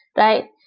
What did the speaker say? right?